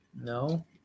No